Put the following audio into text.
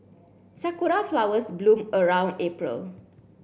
sakura flowers bloom around April